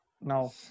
now